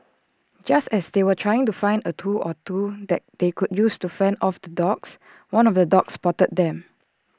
just as they were trying to find A tool or two that they could use to fend off the dogs one of the dogs spotted them